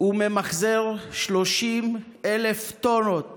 הוא ממחזר 30,000 טונות